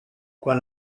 quan